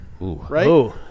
Right